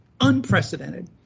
unprecedented